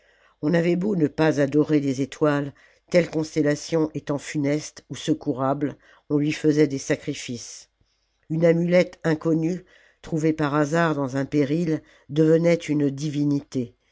on avait beau ne pas adorer les étoiles telle constellation étant funeste ou secourable on lui faisait des sacrifices une amulette inconnue trouvée par hasard dans un péril devenait une divinité